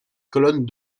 colonne